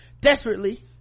Desperately